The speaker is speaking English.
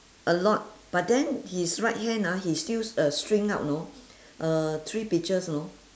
a lot but then his right hand ah he still uh string up know uh three peaches you know